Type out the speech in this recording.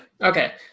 Okay